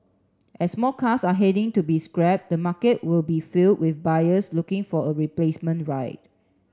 as more cars are heading to be scrapped the market will be filled with buyers looking for a replacement ride